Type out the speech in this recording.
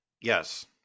Yes